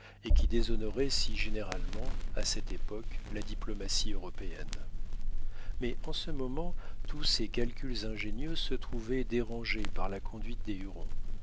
et qui déshonoraient si généralement à cette époque la diplomatie européenne mais en ce moment tous ces calculs ingénieux se trouvaient dérangés par la conduite des